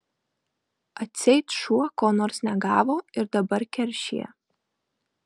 atseit šuo ko nors negavo ir dabar keršija